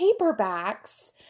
paperbacks